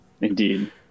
indeed